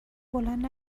بلند